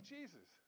Jesus